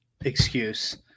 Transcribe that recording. excuse